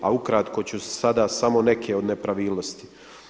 A ukratko ću sada samo neke od nepravilnosti.